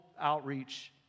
outreach